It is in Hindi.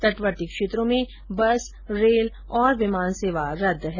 तटवर्ती क्षेत्रों में बस रेल और विमान सेवा रद्द है